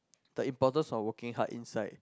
the importance of working hard inside